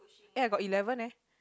eh I got eleven eh